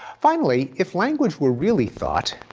finally, if language were really thought,